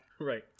Right